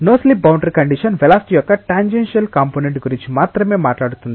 no slip boundary condition velocity యొక్క tangential component గురించి మాత్రమే మాట్లాడుతుంది